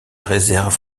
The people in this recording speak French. réserve